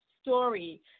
story